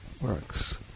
works